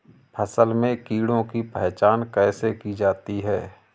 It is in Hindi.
फसल में कीड़ों की पहचान कैसे की जाती है?